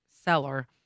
seller